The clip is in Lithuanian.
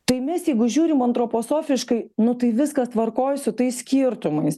tai mes jeigu žiūrim antroposofiškai nu tai viskas tvarkoj su tais skirtumais